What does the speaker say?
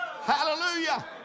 hallelujah